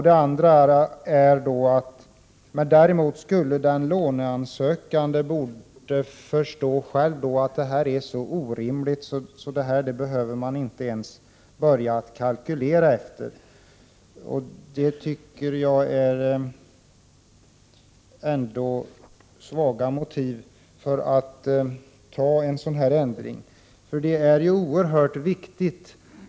Det andra motivet skulle vara att den lånsökande borde själv förstå att det hela är så orimligt att man inte ens skulle behöva göra några kalkyler. Jag tycker att det är svaga motiv för att genomföra en sådan ändring.